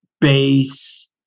base